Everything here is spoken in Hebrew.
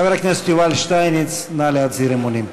חבר הכנסת יובל שטייניץ, נא להצהיר אמונים.